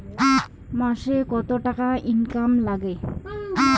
মাসে কত টাকা ইনকাম নাগে?